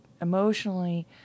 emotionally